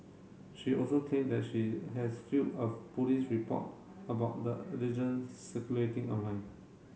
she also claimed that she has of police report about the circulating online